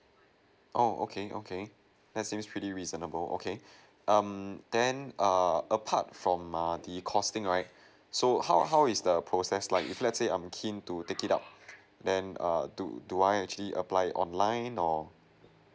oh okay okay that's seems pretty reasonable okay um then err apart from err the costing right so how how is the process like if let's say I'm keen to take it out then err do do I actually apply online or